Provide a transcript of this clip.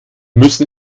müssen